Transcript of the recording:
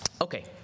Okay